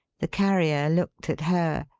the carrier looked at her,